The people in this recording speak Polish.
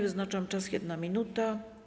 Wyznaczam czas - 1 minuta.